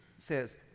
says